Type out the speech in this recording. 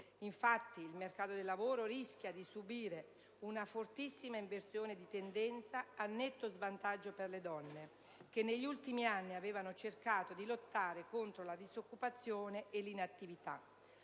Infatti, il mercato del lavoro rischia di subire una fortissima inversione di tendenza a netto svantaggio delle donne, che negli ultimi anni avevano cercato di lottare contro la disoccupazione e l'inattività.